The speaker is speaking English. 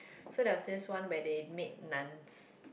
so there was this one where they made naans